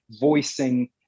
voicing